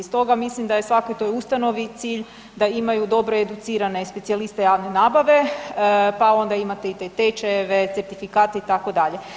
Stoga mislim da je svakoj toj ustanovi cilj da imaju dobro educirane specijaliste javne nabave, pa onda imate i te tečajeve, certifikate itd.